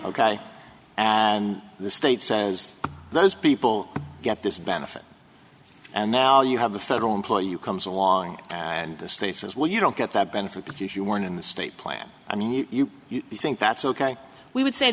ok and the state says those people get this benefit and now you have the federal employee you comes along and the states as well you don't get that benefit because you weren't in the state plan i mean you think that's ok we would say